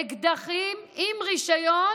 אקדחים עם רישיון,